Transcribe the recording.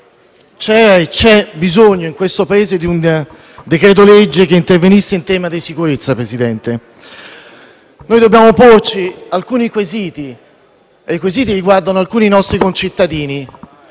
c'era bisogno in questo Paese di un decreto-legge che intervenisse in tema di sicurezza. Dobbiamo porci alcuni quesiti che riguardano alcuni nostri concittadini.